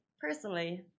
personally